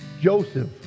Joseph